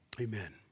Amen